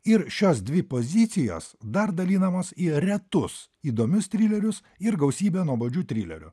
ir šios dvi pozicijos dar dalinamos į retus įdomius trilerius ir gausybę nuobodžių trilerių